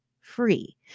free